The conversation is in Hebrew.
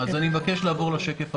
אני מבקש לעבור לשקף הראשון.